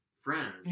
friends